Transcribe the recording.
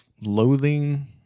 loathing